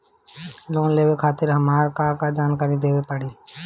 Loan लेवे खातिर हमार का का जानकारी देवे के पड़ी?